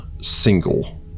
single